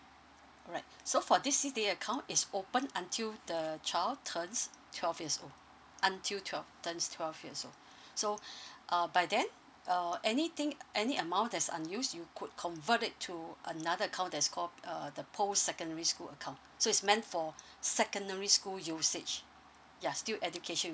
alright so for this C_D_A account is open until the child turns twelve years old until twelve turns twelve years old so uh by then uh anything any amount that's unused you could convert it to another account that's called err the post secondary school account so it's meant for secondary school usage ya still education